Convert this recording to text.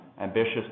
ambitious